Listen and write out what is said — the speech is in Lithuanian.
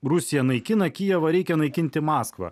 rusija naikina kijevą reikia naikinti maskvą